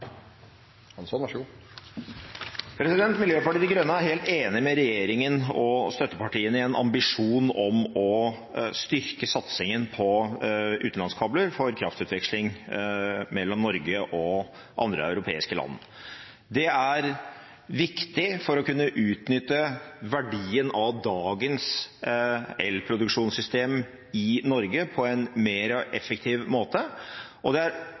helt enig i regjeringen og støttepartienes ambisjon om å styrke satsingen på utenlandskabler for kraftutveksling mellom Norge og andre europeiske land. Det er viktig for å kunne utnytte verdien av dagens elproduksjonssystem i Norge på en mer effektiv måte, og det er